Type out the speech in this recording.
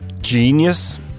genius